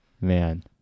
man